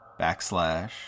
backslash